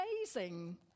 amazing